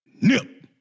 Nip